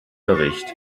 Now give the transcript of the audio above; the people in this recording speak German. bericht